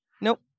Nope